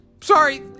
Sorry